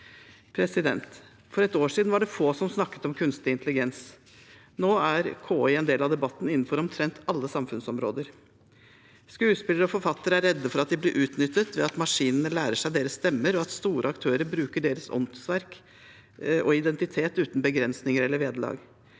beslutninger. For et år siden var det få som snakket om kunstig intelligens. Nå er KI en del av debatten innenfor omtrent alle samfunnsområder. Skuespillere og forfattere er redde for at de blir utnyttet ved at maskinene lærer seg deres stemmer, og at store aktører bruker deres åndsverk og identitet uten begrensninger eller vederlag.